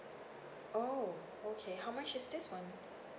oh okay how much is this [one]